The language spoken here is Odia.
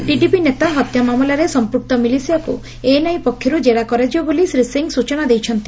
ଟିଡିପି ନେତା ହତ୍ୟା ମାମଲାରେ ସଂପୂକ୍ତ ମିଲିସିଆକୁ ଏନ୍ଆଇଏ ପକ୍ଷରୁ ଜେରା କରାଯିବ ବୋଲି ଶ୍ରୀ ସିଂହ ସୂଚନା ଦେଇଛନ୍ତି